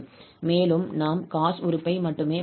மேலும் நாம் cos உறுப்பை மட்டுமே பெறுவோம்